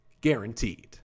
Guaranteed